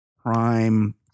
prime